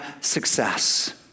success